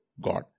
God